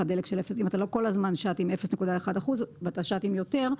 אם אתה לא כל הזמן שט עם 0.1% ואתה שט עם יותר,